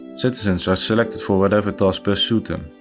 citizens are selected for whatever tasks best suit them,